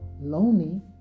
lonely